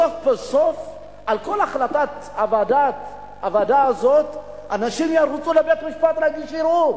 בסוף בסוף על כל החלטת הוועדה הזאת אנשים ירוצו לבית-משפט להגיש ערעור,